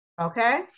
Okay